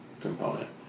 component